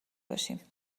باشیم